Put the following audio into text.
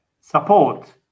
support